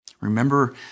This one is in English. Remember